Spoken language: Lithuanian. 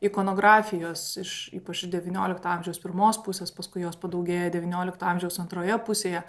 ikonografijos iš ypač devyniolikto amžiaus pirmos pusės paskui jos padaugėja devyniolikto amžiaus antroje pusėje